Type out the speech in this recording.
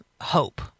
hope